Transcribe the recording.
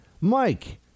Mike